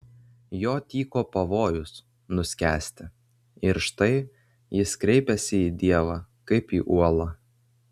jo tyko pavojus nuskęsti ir štai jis kreipiasi į dievą kaip į uolą